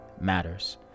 matters